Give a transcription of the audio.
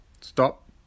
stop